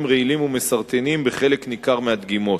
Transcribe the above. רעילים ומסרטנים בחלק ניכר מהדגימות.